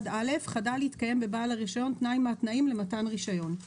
"(1א)חדל להתקיים בבעל הרישיון תנאי מהתנאים למתן רישיון";